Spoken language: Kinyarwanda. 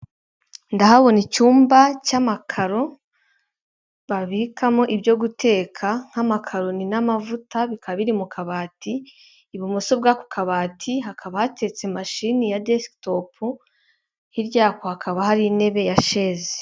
Ndahabona icyumba cy'amakaro babikamo ibyo guteka nk'amakaroni n'amavuta, bikaba biri mu kabati, ibumoso bw'ako kabati hakaba hateretse imashini ya desiketopu, hirya yako hakaba hari intebe ya sheze.